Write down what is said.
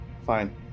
Fine